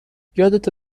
یادته